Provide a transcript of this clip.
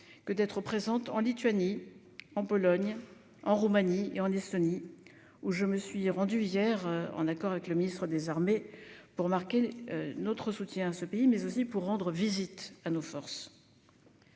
que d'être présente en Lituanie, en Pologne, en Roumanie et en Estonie, où je me suis rendue hier, en accord avec le ministre des armées, pour marquer notre soutien à ce pays, mais aussi pour rendre visite à nos forces